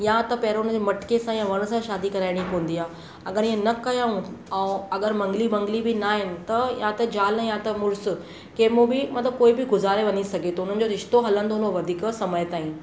या त पहिरों उन खे मटिके सां या वण सां शादी कराइणी पवंदी आहे अगरि इहे न कयूं ऐं अगरि मंगली मंगली बि नाहे त या त ज़ाल या त मुड़ुसु कंहिं मां बि मतिलबु कोई बि गुज़ारे वञी सघे थो हुननि जो रिश्तो हलंदो न वधीक समय ताईं